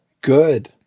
Good